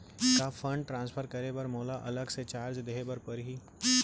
का fund transfer करे बर मोला अलग से चार्ज देहे बर परही?